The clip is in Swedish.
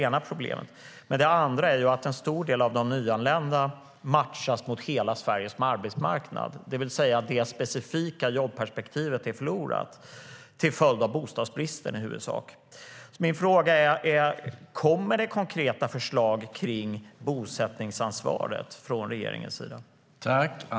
Det andra är att en stor del av de nyanlända matchas mot hela Sveriges arbetsmarknad, det vill säga det specifika jobbperspektivet är förlorat, huvudsakligen till följd av bostadsbristen. Min fråga är: Kommer det konkreta förslag när det gäller bosättningsansvaret från regeringens sida?